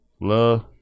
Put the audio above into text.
Love